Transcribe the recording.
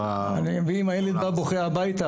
ואם הילד בא בוכה הביתה,